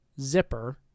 zipper